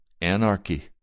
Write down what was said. anarchy